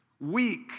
weak